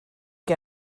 que